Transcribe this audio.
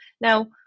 now